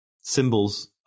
symbols